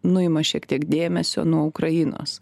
nuima šiek tiek dėmesio nuo ukrainos